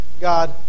God